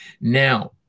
Now